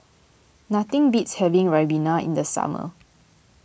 nothing beats having Ribena in the summer